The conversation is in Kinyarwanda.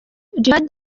djihad